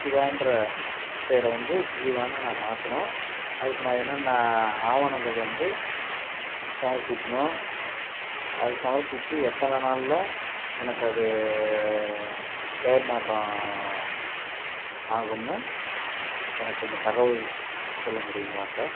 சிவான்ற பேரை வந்து ஜீவான்னு நான் மாற்றணும் அதுக்கு நான் என்னென்ன ஆவணங்கள் வந்து சமர்ப்பிக்கணும் அது சமர்ப்பிச்சு எத்தனை நாள்ல எனக்கு அது பெயர் மாற்றம் ஆகும்னு எனக்கு கொஞ்சம் தகவல் சொல்ல முடியுங்களா சார்